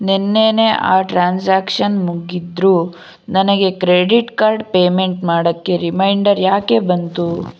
ನೆನ್ನೆನೇ ಆ ಟ್ರಾನ್ಸಾಕ್ಷನ್ ಮುಗಿದ್ರೂ ನನಗೆ ಕ್ರೆಡಿಟ್ ಕಾರ್ಡ್ ಪೇಮೆಂಟ್ ಮಾಡೋಕ್ಕೆ ರಿಮೈಂಡರ್ ಯಾಕೆ ಬಂತು